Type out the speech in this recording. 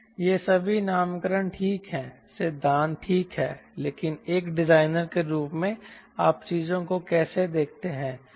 ये सभी नामकरण ठीक हैं सिद्धांत ठीक है लेकिन एक डिजाइनर के रूप में आप चीजों को कैसे देखते हैं